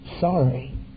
Sorry